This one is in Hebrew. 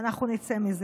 אנחנו נצא מזה.